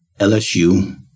LSU